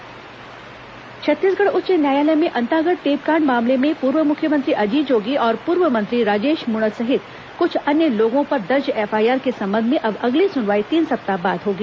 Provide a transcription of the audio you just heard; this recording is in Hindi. अंतागढ नान मामला हाईकोर्ट छत्तीसगढ़ उच्च न्यायालय में अंतागढ़ टेपकांड मामले में पूर्व मुख्यमंत्री अजीत जोगी और पूर्व मंत्री राजेश मूणत सहित कुछ अन्य लोगों पर दर्ज एफआईआर के संबंध में अब अगली सुनवाई तीन सप्ताह बाद होगी